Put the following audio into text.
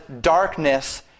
darkness